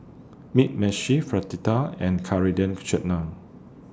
Mugi Meshi Fritada and Coriander Chutney